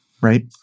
right